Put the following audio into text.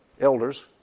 elders